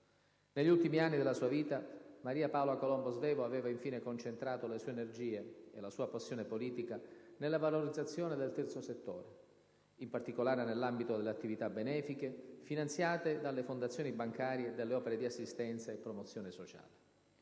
Negli ultimi anni della sua vita, Maria Paola Colombo Svevo aveva infine concentrato le sue energie e la sua passione politica nella valorizzazione del Terzo settore, in particolare nell'ambito delle attività benefiche finanziate dalle fondazioni bancarie e delle opere di assistenza e promozione sociale.